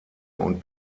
und